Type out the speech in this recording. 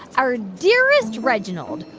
our dearest reginald,